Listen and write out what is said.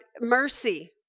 mercy